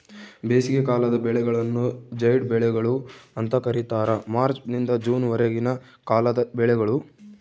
ಬೇಸಿಗೆಕಾಲದ ಬೆಳೆಗಳನ್ನು ಜೈಡ್ ಬೆಳೆಗಳು ಅಂತ ಕರೀತಾರ ಮಾರ್ಚ್ ನಿಂದ ಜೂನ್ ವರೆಗಿನ ಕಾಲದ ಬೆಳೆಗಳು